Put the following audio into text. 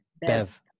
Bev